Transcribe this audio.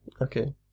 Okay